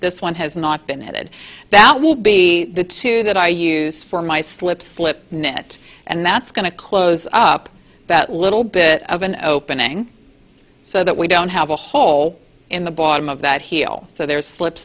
this one has not been added that will be the two that i use for my slip slip knit and that's going to close up that little bit of an opening so that we don't have a hole in the bottom of that heel so there is slip